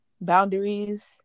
boundaries